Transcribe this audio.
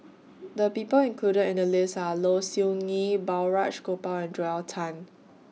The People included in The list Are Low Siew Nghee Balraj Gopal and Joel Tan